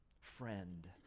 friend